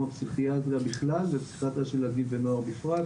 הפסיכיאטריה בכלל ופסיכיאטריה של ילדים ונוער בפרט,